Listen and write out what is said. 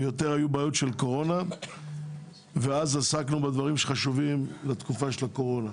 יותר היו בעיות של קורונה ואז עסקנו בדברים שחשובים לתקופה של הקורונה,